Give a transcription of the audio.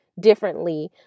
differently